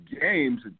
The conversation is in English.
games